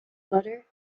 butter